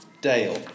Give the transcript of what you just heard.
Dale